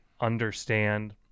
understand